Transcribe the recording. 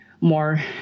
more